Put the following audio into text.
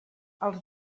els